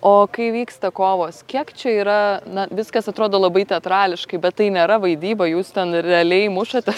o kai vyksta kovos kiek čia yra na viskas atrodo labai teatrališkai bet tai nėra vaidyba jūs ten realiai mušatės